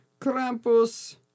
Krampus